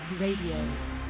Radio